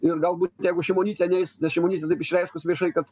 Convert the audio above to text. ir galbūt jeigu šimonytė neis nes šimonytė išreiškus viešai kad